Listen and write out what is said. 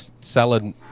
salad